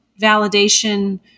validation